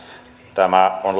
tämä asia on